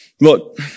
Look